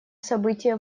события